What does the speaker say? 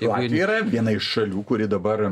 latvija yra viena iš šalių kuri dabar